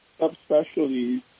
subspecialties